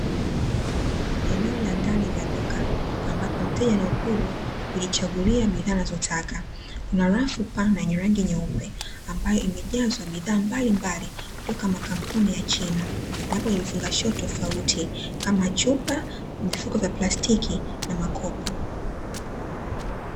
Eneo la ndani la duka ambapo mteja ana uhuru wa kujichagulia bidhaa anazotaka, kuna rafu pana yenye rangi nyeupe ambayo imejazwa bidhaa mbalimbali kutoka makampuni ya China na yapo kwenye vifungashio tofauti kama chupa, vifuko vya plastiki na makopo.